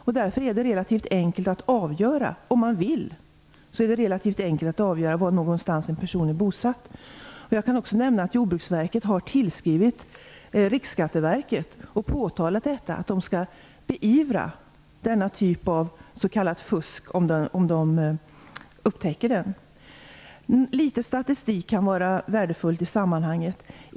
Om man vill är det därför relativt enkelt att avgöra var någonstans en person är bosatt. Jag kan också nämna att Jordbruksverket har tillskrivit Riksskatteverket och påtalat att det skall beivra denna typ av s.k. fusk om det upptäcker det. Det kan i sammanhanget vara värdefullt med litet statistik.